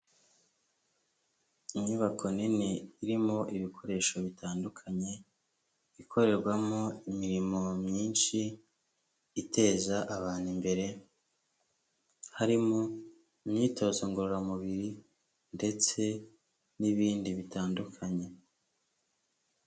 Inyubako nini, irimo ibikoresho bitandukanye, ikorerwamo imirimo myinshi iteza abantu imbere, harimo imyitozo ngororamubiri, ndetse n'ibindi bitandukanye.